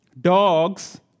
Dogs